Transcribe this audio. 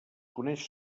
coneix